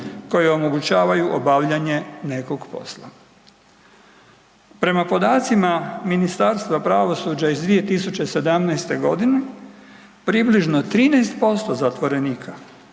koje omogućavaju obavljanje nekog posla. Prema podacima Ministarstva pravosuđa iz 2017. godine približno 13% zatvorenika